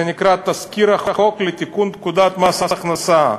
זה נקרא תזכיר חוק לתיקון פקודת מס הכנסה.